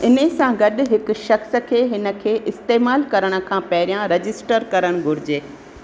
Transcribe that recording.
इन सां गॾु हिकु शख़्स खे हिन खे इस्तेमाल करण खां पहरियां रजिस्टर करणु घुरिजे